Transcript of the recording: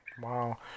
Wow